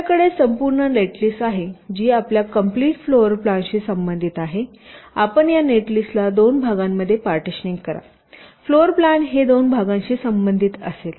आपल्याकडे संपूर्ण नेटलिस्ट आहे जी आपल्या कंप्लिट फ्लोर प्लान शी संबंधित आहे आपण या नेटलिस्टला दोन भागांमध्ये पार्टीशनिंग करा फ्लोर प्लान हे दोन भागांशी संबंधित असेल